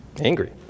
angry